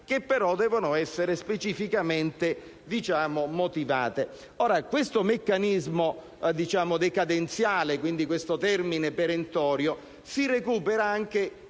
che, però, devono essere specificamente motivate. Questo meccanismo decadenziale, questo termine perentorio, si recupera,